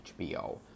HBO